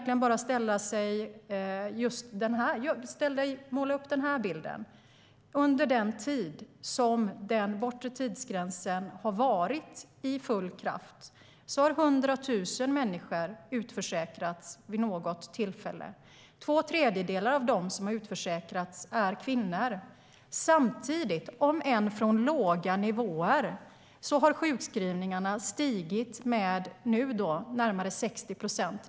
Låt mig måla upp en bild. Under den tid som den bortre tidsgränsen var i full kraft har 100 000 människor utförsäkrats vid något tillfälle. Två tredjedelar av dem som har utförsäkrats är kvinnor. Samtidigt, om än från låga nivåer, har sjukskrivningarna ökat med närmare 60 procent.